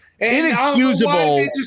Inexcusable